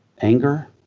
Anger